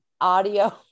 audio